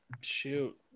shoot